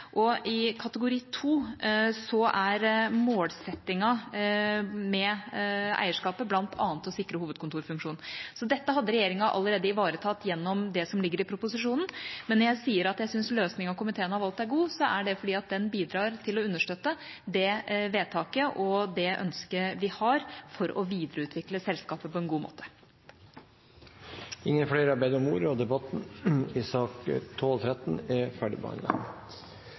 2006. I kategori 2 er målsettingen med eierskapet bl.a. å sikre hovedkontorfunksjonen. Så dette hadde regjeringa allerede ivaretatt gjennom det som ligger i proposisjonen. Når jeg sier at jeg synes løsningen som komiteen har valgt, er god, er det fordi den bidrar til å understøtte det vedtaket og det ønsket vi har om å videreutvikle selskapet på en god måte. Flere har ikke bedt om ordet til sakene nr. 12 og 13.